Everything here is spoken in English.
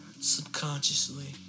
Subconsciously